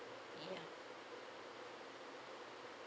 yeah